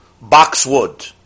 boxwood